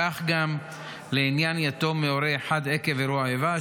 כך גם לעניין יתום מהורה אחד עקב אירוע איבה,